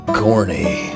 corny